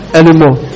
anymore